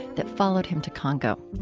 that followed him to congo.